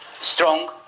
strong